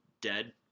dead